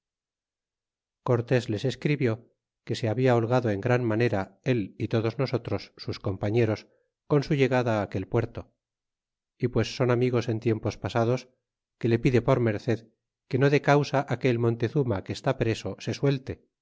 cortés les escribió que se habla holgado en gran manera él y todos nosotros sus compañeros con su llegada aquel puerto pues son amigos de tiempos pasados que le pide por merced que no dé causa á que el montezuma que está preso se suelte